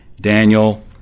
Daniel